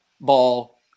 ball